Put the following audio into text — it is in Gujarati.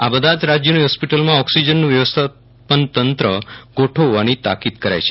આ બધા જ રાજ્યોની હોસ્પીટલોમાં ઓક્સીજનનું વ્યવસ્થાપન તંત્ર ગોઠવવાની તાકીદ કરાઈ છે